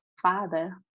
Father